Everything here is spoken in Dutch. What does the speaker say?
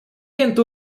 kent